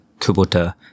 Kubota